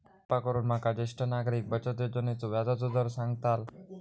कृपा करून माका ज्येष्ठ नागरिक बचत योजनेचो व्याजचो दर सांगताल